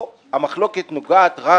או המחלוקת נוגעת רק